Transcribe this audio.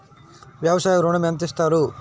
వ్యవసాయ ఋణం ఎంత ఇస్తారు?